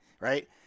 right